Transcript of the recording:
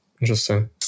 Interesting